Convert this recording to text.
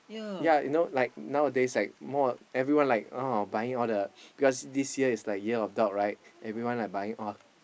yeah you know like nowadays right everyone like oh buying all the because this year is the year of dog everyone everyone buying oh